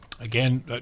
again